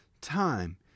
time